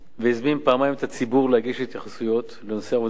והזמין פעמיים את הציבור להגיש התייחסויות לנושאי עבודת הצוות.